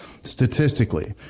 statistically